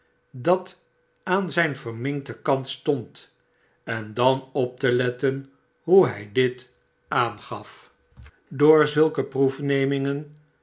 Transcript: dat aan zijn verminkten kant stond en dan op te letten hoe hij dit aangaf door zulke